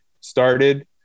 started